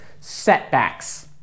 setbacks